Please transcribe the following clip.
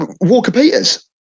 Walker-Peters